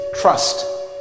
trust